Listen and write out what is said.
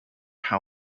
how